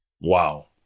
Wow